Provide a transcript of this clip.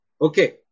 Okay